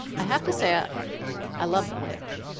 i have to say ah i love the witch.